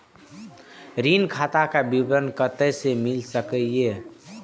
ऋण खाता के विवरण कते से मिल सकै ये?